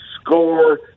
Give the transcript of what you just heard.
score